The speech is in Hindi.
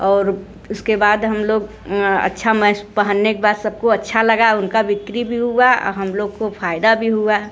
और उसके बाद हम लोग अच्छा मैस पहनने के बाद सबको अच्छा लगा उनका बिक्री भी हुआ अब हम लोग को फायदा भी हुआ